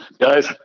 Guys